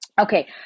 Okay